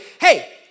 Hey